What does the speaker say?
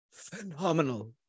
phenomenal